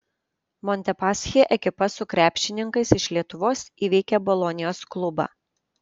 montepaschi ekipa su krepšininkais iš lietuvos įveikė bolonijos klubą